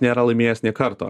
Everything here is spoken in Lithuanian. nėra laimėjęs nė karto